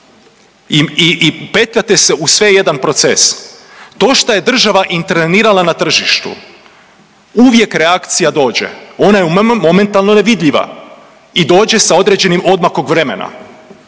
i petljate se u sve i jedan proces. To šta je država intervenirala na tržištu uvijek reakcija dođe, ona je momentalno nevidljiva i dođe sa određenim odmakom vremena.